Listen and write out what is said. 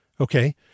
Okay